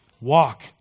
Walk